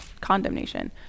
condemnation